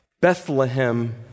Bethlehem